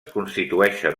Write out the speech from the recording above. constitueixen